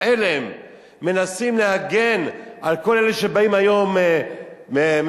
חלם מנסים להגן על כל אלה שבאים היום מסודן,